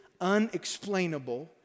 unexplainable